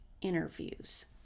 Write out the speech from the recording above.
interviews